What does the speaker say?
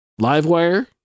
Livewire